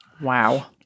Wow